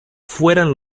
fueran